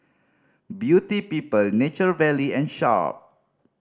Beauty People Nature Valley and Sharp